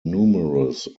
numerous